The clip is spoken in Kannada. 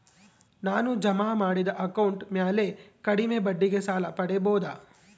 ನಾನು ಜಮಾ ಮಾಡಿದ ಅಕೌಂಟ್ ಮ್ಯಾಲೆ ಕಡಿಮೆ ಬಡ್ಡಿಗೆ ಸಾಲ ಪಡೇಬೋದಾ?